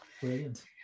Brilliant